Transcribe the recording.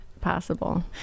possible